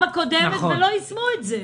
אמרנו את זה בפעם הקודמת ולא יישמו את זה.